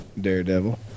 daredevil